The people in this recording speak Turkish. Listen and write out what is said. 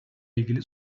ilgili